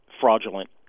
fraudulent